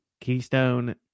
Keystone